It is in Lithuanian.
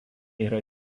yra